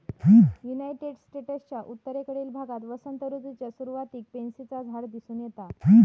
United स्टेट्सच्या उत्तरेकडील भागात वसंत ऋतूच्या सुरुवातीक पॅन्सीचा झाड दिसून येता